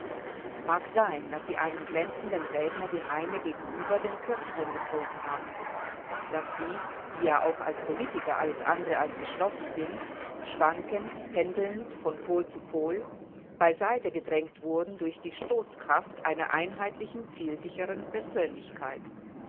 mag sein daß sie einem glänzenden redner wie heine gegenüber den kürzeren gezogen haben daß sie die ja auch als politiker alles andre geschlossen sind schwankend pendelnd von pol zu pol beiseite gedrängt wurden durch die stoßkraft einer einheitlichen zielsicheren persönlichkeit